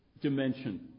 dimension